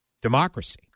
democracy